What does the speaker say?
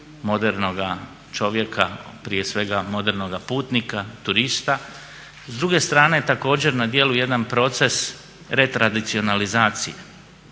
modernoga čovjeka, prije svega modernoga putnika, turista s druge strane je također na djelu jedan proces retradicionalizacije.